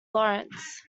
lawrence